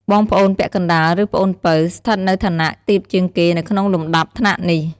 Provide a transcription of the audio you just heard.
បងប្អូនពាក់កណ្ដាល ឬប្អូនពៅ ស្ថិតនៅឋានៈទាបជាងគេនៅក្នុងលំដាប់ថ្នាក់នេះ។